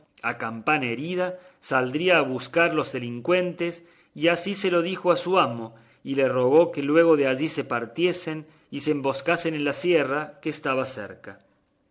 campana herida saldría a buscar los delincuentes y así se lo dijo a su amo y le rogó que luego de allí se partiesen y se emboscasen en la sierra que estaba cerca